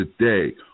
today